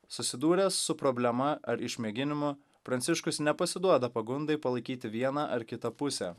susidūręs su problema ar išmėginimu pranciškus nepasiduoda pagundai palaikyti vieną ar kitą pusę